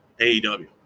AEW